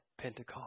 Pentecost